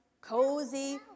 cozy